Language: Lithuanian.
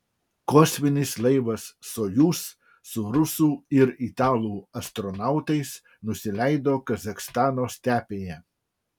kosminis laivas sojuz su rusų ir italų astronautais nusileido kazachstano stepėje